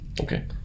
Okay